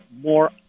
more